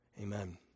Amen